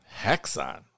Hexon